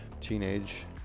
teenage